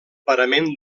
parament